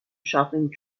shopping